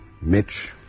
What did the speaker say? Mitch